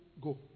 go